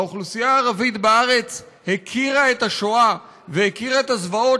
האוכלוסייה הערבית בארץ הכירה את השואה ואת הזוועות